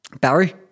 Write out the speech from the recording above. Barry